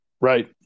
Right